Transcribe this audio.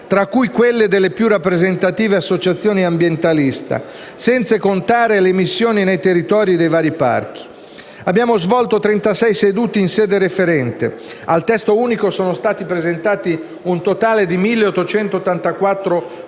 tra cui quelle delle più rappresentative associazioni ambientaliste, senza contare le missioni nei territori dei vari parchi. Abbiamo svolto trentasei sedute in sede referente. Al Testo unico sono stati presentati un totale di 1.884